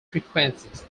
frequencies